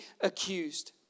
accused